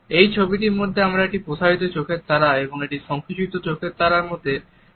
এই ছবিটির মধ্যে আমরা একটি প্রসারিত চোখের তারা এবং একটি সংকুচিত চোখের তারার মধ্যে পার্থক্য কি দেখতে পাই